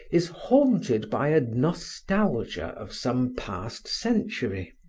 is haunted by a nostalgia of some past century.